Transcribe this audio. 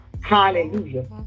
Hallelujah